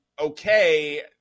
okay